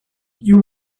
you